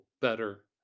better